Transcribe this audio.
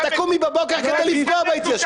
את תקומי בבוקר כדי לפגוע בהתיישבות.